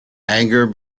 anger